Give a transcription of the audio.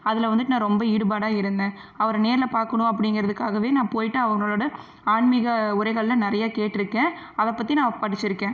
அதில் வந்துட்டு நான் ரொம்ப ஈடுபாடாக இருந்தேன் அவரை நேரில் பார்க்குணும் அப்படிங்குறதுக்காவே நான் போய்விட்டு அவங்களோடய ஆன்மிக உரைகள்லாம் நிறையா கேட்டிருக்கேன் அதை பற்றி நான் படித்திருக்கேன்